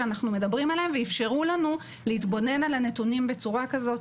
ש אנחנו מדברים עליו ואפשרו לנו להתבונן על הנתונים בצורה כזאת,